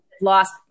lost